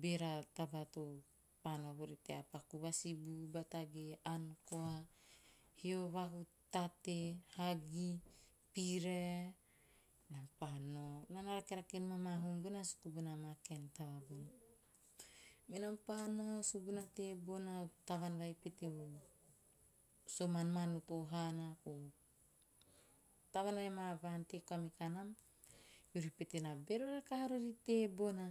beera taba topa nao vori tea paku, vasibu bata ge ann toa, hio vahutate, hagi, pirae nam pa nao. Naa na rakerake nom a maa hum bona suku bona maa kaen taba bona. Menam pa nao, suguna tebona maa kaen taba bona. Menam pa nao, suguna tebona, tavaan vai pete to sa man`manoto haana, tavaan vai maa va ante koa mikanam, eori me na bero rakaha rori tebona.